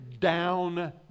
down